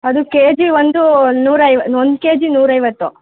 ಅದು ಕೆಜಿ ಒಂದು ನೂರಾ ಐವತ್ತು ಒಂದು ಕೆಜಿ ನೂರೈವತ್ತು